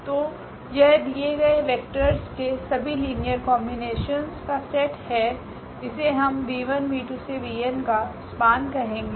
तो यह दिये गए वेक्टर्स के सभी लीनियर कोम्बिनेशंस का सेट है इसे हम 𝑣1v2𝑣𝑛 का स्पान कहेगे